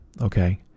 okay